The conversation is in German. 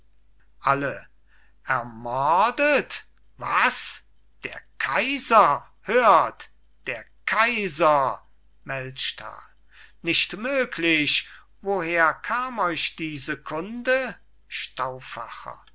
alle ermordet was der kaiser hört der kaiser melchtal nicht möglich woher kam euch diese kunde